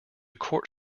court